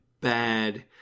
bad